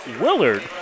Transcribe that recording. Willard